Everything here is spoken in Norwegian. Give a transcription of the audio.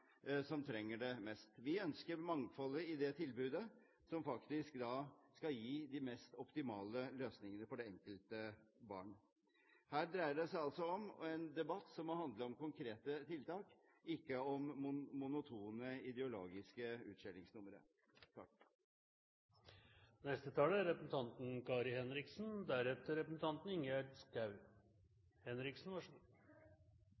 som trenger det mest. Vi ønsker mangfoldet i det tilbudet, som faktisk da skal gi de mest optimale løsningene for det enkelte barn. Her dreier det seg altså om en debatt som må handle om konkrete tiltak, ikke om monotone ideologiske utskjellingsnumre. Først en liten kommentar til representanten